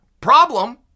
Problem